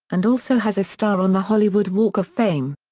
and also has a star on the hollywood walk of fame.